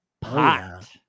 pot